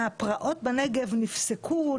שהפרעות בנגב נפסקו,